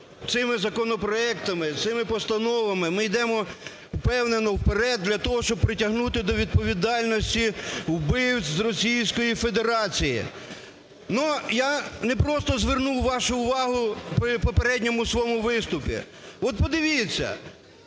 цими законопроектами, цими постановами ми йдемо впевнено вперед для того, щоб притягнути до відповідальності вбивць з Російської Федерації. Но я не просто звернув вашу увагу при попередньому своєму виступі. От подивіться,